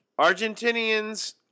Argentinian's